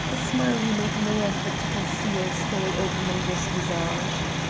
a smile he made no effort to conceal stole over mungo's visage.